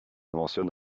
mentionne